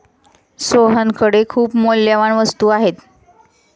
सोहनकडे खूप मौल्यवान वस्तू आहे